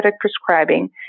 prescribing